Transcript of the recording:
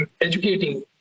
educating